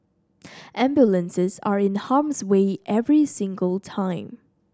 ambulances are in harm's way every single time